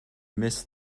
miss